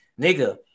nigga